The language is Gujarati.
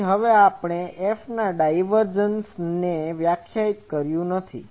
તેથી હવે આપણે Fના ડાયવર્જન્સને વ્યાખ્યાયિત કર્યું નથી